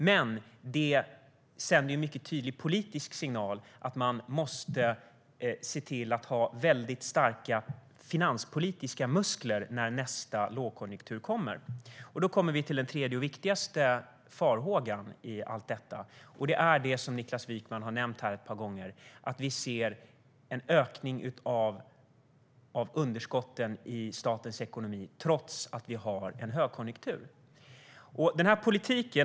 Men det sänder en mycket tydlig politisk signal att man måste se till att ha mycket starka finanspolitiska muskler när nästa lågkonjunktur kommer. Då kommer jag till den viktigaste farhågan i allt detta, och det är det som Niklas Wykman har nämnt här ett par gånger, nämligen att vi ser en ökning av underskotten i statens ekonomi trots att vi har en högkonjunktur.